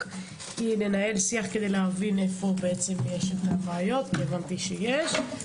לנהל שיח כדי להבין איפה יש בעיות כי הבנתי שיש.